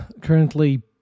currently